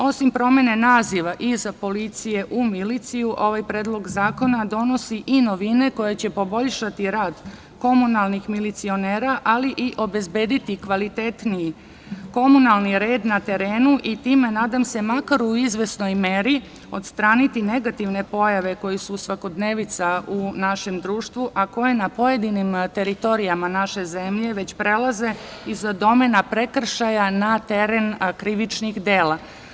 Osim promene naziva policije u miliciju, ovaj predlog zakona donosi i novine koje će poboljšati rad komunalnih milicionera, ali i obezbediti kvalitetniji komunalni red na terenu i time nadam se makar u izvesnoj meri odstraniti negativne pojave koje su svakodnevica u našem društvu, a koje na pojedinim teritorijama naše zemlje već prelaze iz domena prekršaja na teren krivičnih dela.